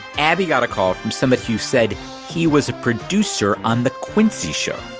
abbey got a call from someone who said he was a producer on the quincy show.